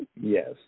Yes